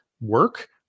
work